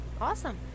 awesome